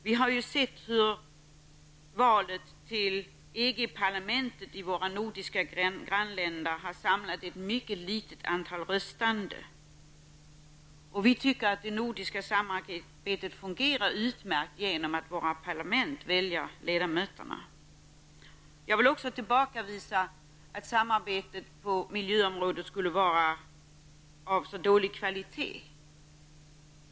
Vi har ju i våra grannländer sett hur valet till EG-parlamentet har samlat ett mycket litet antal röstande. Vi tycker att det nordiska samarbetet fungerar utmärkt genom att våra parlament väljer ledamöterna. Jag vill även tillbakavisa att samarbetet på miljöområdet skulle vara av dålig kvalitet.